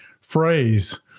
phrase